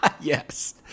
Yes